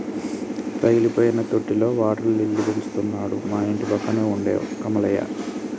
పగిలిపోయిన తొట్టిలో water lily పెంచుతున్నాడు మా ఇంటిపక్కన ఉండే కమలయ్య